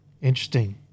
interesting